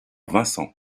vincent